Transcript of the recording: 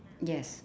yes